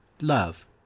love